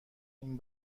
این